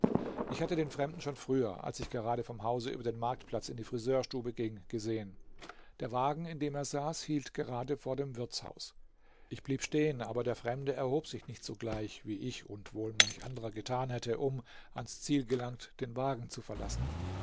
ich hatte den fremden schon früher als ich gerade vom hause über den marktplatz in die friseurstube ging gesehen der wagen in dem er saß hielt gerade vor dem wirtshaus ich blieb stehen aber der fremde erhob sich nicht sogleich wie ich und wohl manch anderer getan hätte um ans ziel gelangt den wagen zu verlassen